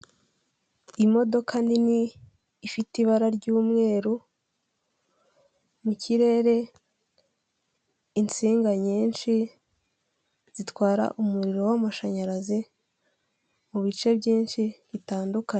Imodoka nini ifite ibara ry'umweru, mu kirere insinga nyinshi zitwara umuriro w'amashanyarazi mu bice byinshi bitandukanye.